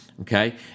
Okay